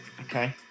okay